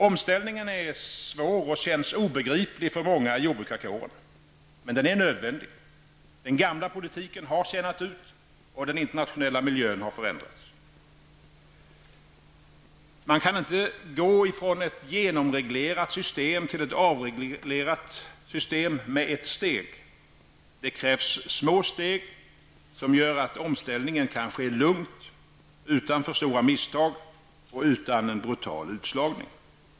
Omställningen är svår och känns obegriplig för många i jordbrukarkåren. Men den är nödvändig. Den gamla politiken har tjänat ut, och den internationella mljön har förändrats. Man kan inte gå ifrån ett genomreglerat system till ett avreglerat system med ett steg. Det krävs små steg som gör att omställningen kan ske lugnt utan att för stora misstag begås och utan brutal utslagning.